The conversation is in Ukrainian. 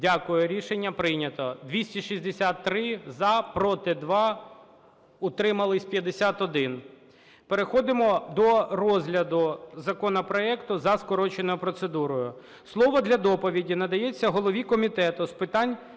Дякую, рішення прийнято. 263 – за, проти – 2, утрималися – 51. Переходимо до розгляду законопроекту за скороченою процедурою. Слово для доповіді надається голові Комітету з питань